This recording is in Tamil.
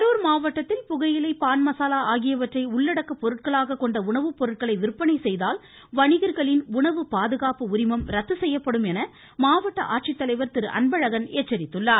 கரூர் மாவட்டத்தில் புகையிலை பான்மசாலா ஆகியவற்றை உள்ளடக்க பொருட்களாக கொண்ட உணவுப்பொருட்களை விற்பனை செய்தால் வணிகர்களின் உணவு பாதுகாப்பு உரிமம் ரத்து செய்யப்படும் என ஆட்சித்தலைவர் திரு அன்பழகன் எச்சரித்துள்ளார்